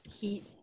Heat